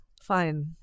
Fine